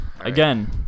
again